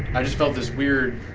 i just felt this weird